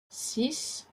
six